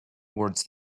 words